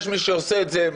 יש מי שעושה את זה,